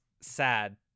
sad